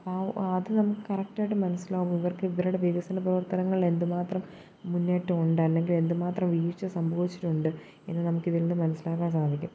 അപ്പം അത് നമുക്ക് കറക്റ്റായിട്ട് മനസ്സിലാകും ഇവർക്ക് ഇവരുടെ വികസന പ്രവർത്തനങ്ങളെന്തു മാത്രം മുന്നേറ്റമുണ്ട് അല്ലെങ്കിൽ എന്തു മാത്രം വീഴ്ച്ച സംഭവിച്ചിട്ടുണ്ട് എന്ന് നമുക്ക് ഇതിൽ നിന്ന് മനസ്സിലാക്കാൻ സാധിക്കും